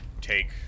take